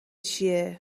چیه